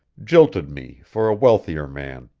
jilted me for a wealthier man.